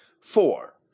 four